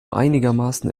einigermaßen